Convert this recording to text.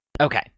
okay